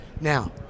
now